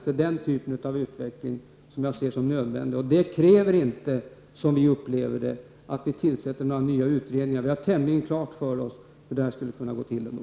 De är den typen av utveckling som jag finner vara nödvändig. Som vi upplever det krävs inte att nya utredningar tillsätts. Vi har tämligen klart för oss hur det här skulle kunna gå till ändå.